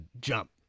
jump